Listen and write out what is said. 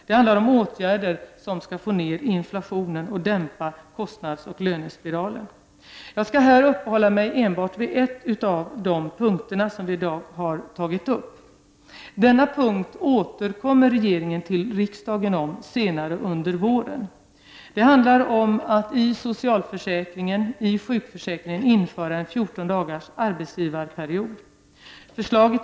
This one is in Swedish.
Det handlar om åtgärder för att få ned inflationen och dämpa kostnadsoch lönespiralen. Jag skall här uppehålla mig enbart vid en av de punkter som vi i dag har tagit upp. När det gäller denna punkt återkommer regeringen till riksdagen senare under våren. Det handlar om att i sjukförsäkringen införa en 14 dagars arbetsgivarperiod.